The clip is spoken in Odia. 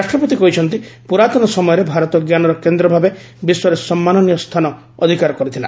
ରାଷ୍ଟ୍ରପତି କହିଛନ୍ତି ପୁରାତନ ସମୟରେ ଭାରତ ଜ୍ଞାନର କେନ୍ଦ୍ର ଭାବେ ବିଶ୍ୱରେ ସମ୍ମାନନୀୟ ସ୍ଥାନ ଅଧିକାର କରିଥିଲା